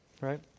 right